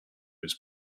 was